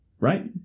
right